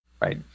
right